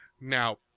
now